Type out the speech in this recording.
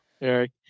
Eric